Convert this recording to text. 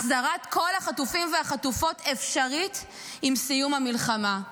החזרת כל החטופים והחטופות אפשרית עם סיום המלחמה.